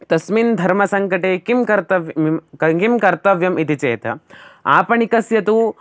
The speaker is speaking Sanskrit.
तस्मिन् धर्मसङ्कटे किं कर्तव्यं किं कर्तव्यम् इति चेत् आपणिकस्य तु